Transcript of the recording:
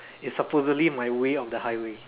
it's supposedly my way or the highway